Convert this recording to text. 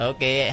Okay